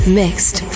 mixed